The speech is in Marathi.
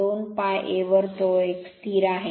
2 π A वर तो एक स्थिर आहे